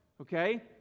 Okay